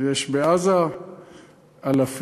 אז יש בעזה אלפים.